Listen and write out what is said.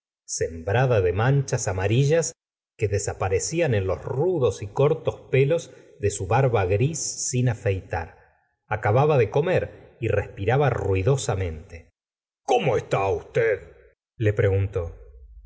sembrada de manchas amarillas que desaparecían en los rudos y cortos pelos de su barba gris sin afeitar acababa de comer y respiraba ruidosamente cómo está usted le preguntó